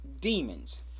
demons